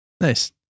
Nice